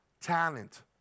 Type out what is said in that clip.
Talent